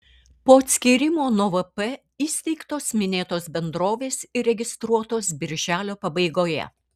po atskyrimo nuo vp įsteigtos minėtos bendrovės įregistruotos birželio pabaigoje